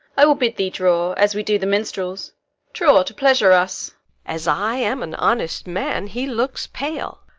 i will bid thee draw, as we do the minstrels draw, to pleasure us as i am an honest man, he looks pale.